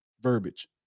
verbiage